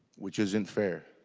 which isn't fair.